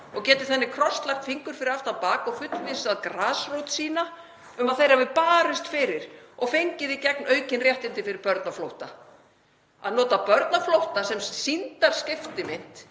og geta þannig krosslagt fingur fyrir aftan bak og fullvissað grasrót sína um að þeir hafi barist fyrir og fengið í gegn aukin réttindi fyrir börn á flótta. Að nota börn á flótta sem sýndarskiptimynt